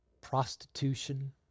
prostitution